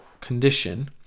condition